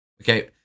okay